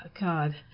God